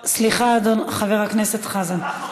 סליחה, חבר הכנסת חזן.